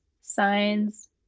signs